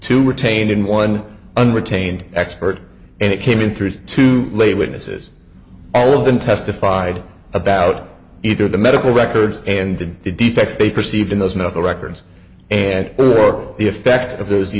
two retained in one an retained expert and it came in through two late witnesses all of them testified about either the medical records and the defects they perceived in those not the records and or the effect of those